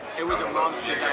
it was a monster